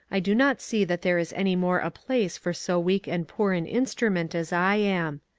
i do not see that there is any more a place for so weak and poor an instrument as i am.